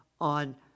on